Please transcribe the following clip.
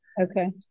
Okay